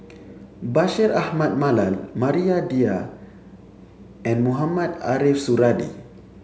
Bashir Ahmad Mallal Maria Dyer and Mohamed Ariff Suradi